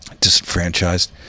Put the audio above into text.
disenfranchised